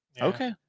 okay